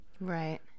Right